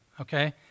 okay